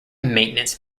maintenance